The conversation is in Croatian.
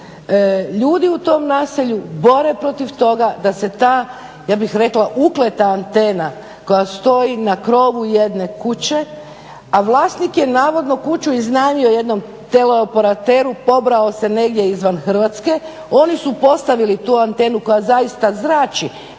ljudi u tom naselju bore protiv toga da se ta ja bih rekla ukleta antena koja stoji na krovu jedne kuće, a vlasnik je navodno kuću iznajmio jednom teleoperateru, pobrao se negdje izvan Hrvatske, oni su postavili tu antenu koja zrači.